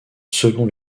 selon